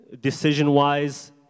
decision-wise